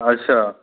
अच्छा